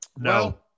no